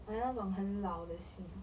like 那种很老的戏